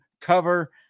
cover